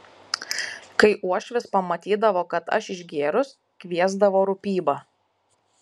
kai uošvis pamatydavo kad aš išgėrus kviesdavo rūpybą